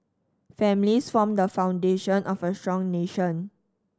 families form the foundation of a strong nation